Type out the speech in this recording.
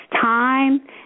time